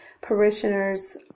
parishioners